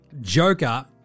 Joker